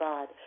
God